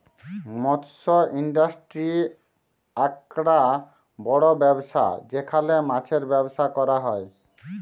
মৎস ইন্ডাস্ট্রি আককটা বড় ব্যবসা যেখালে মাছের ব্যবসা ক্যরা হ্যয়